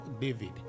David